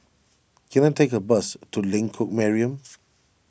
can I take a bus to Lengkok Mariam